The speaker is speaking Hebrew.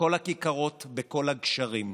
בכל הכיכרות, בכל הגשרים.